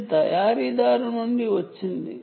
ఇది తయారీదారు నుండి వచ్చింది